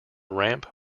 ramp